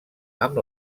amb